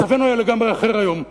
מצבנו היה לגמרי אחר היום,